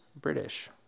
British